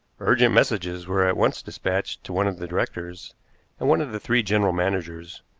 urgent messages were at once dispatched to one of the directors and one of the three general managers,